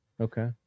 okay